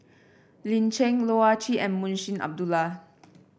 Lin Chen Loh Ah Chee and Munshi Abdullah